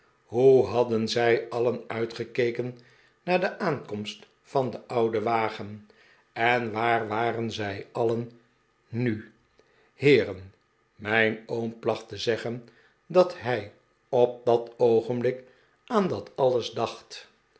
hoe hadden zij alien uitgekeken naar de aankomst van den ouden wagen en waar waren zij alien nu heeren mijn oom placht te zeggen dat hij op dat oogenblik aan dat alles dacht